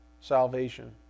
salvation